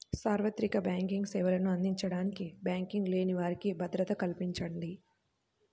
సార్వత్రిక బ్యాంకింగ్ సేవలను అందించడానికి బ్యాంకింగ్ లేని వారికి భద్రత కల్పించడం